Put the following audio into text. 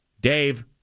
Dave